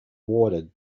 awarded